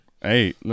hey